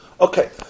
Okay